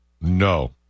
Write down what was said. No